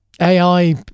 AI